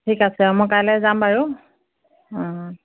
ঠিক আছে মই কাইলৈ যাম বাৰু ওম